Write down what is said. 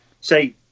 say